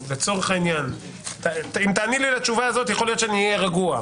ואם תעני לי לשאלה הזאת יכול להיות שאני אהיה רגוע: